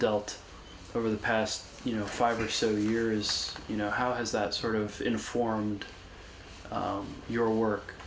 dealt over the past you know five or so years you know how has that sort of informed your work